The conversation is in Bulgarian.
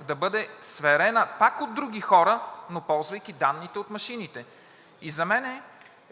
да бъде сверена пак от други хора, но ползвайки данните от машините? За мен